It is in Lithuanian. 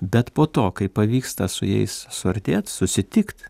bet po to kai pavyksta su jais suartėt susitikt